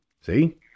See